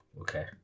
Okay